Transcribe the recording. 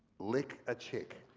lick a chick.